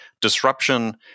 disruption